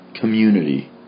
community